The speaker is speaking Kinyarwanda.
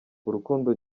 urukundo